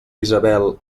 isabel